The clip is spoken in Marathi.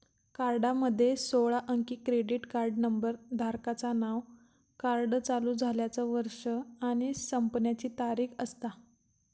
कार्डामध्ये सोळा अंकी क्रेडिट कार्ड नंबर, धारकाचा नाव, कार्ड चालू झाल्याचा वर्ष आणि संपण्याची तारीख असता